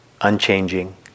unchanging